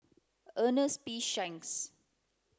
Ernest P Shanks